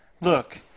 look